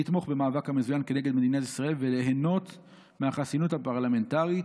לתמוך במאבק המזוין כנגד מדינת ישראל וליהנות מהחסינות הפרלמנטרית.